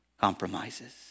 compromises